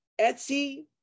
Etsy